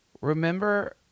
Remember